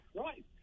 Right